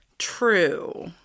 True